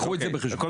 קחו את זה בחשבון.